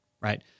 right